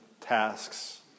tasks